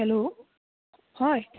hello হয়